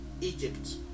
Egypt